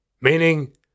Meaning